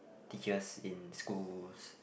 teachers in schools